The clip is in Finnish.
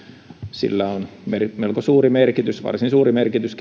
sillä on melko suuri merkitys varsin suurikin merkitys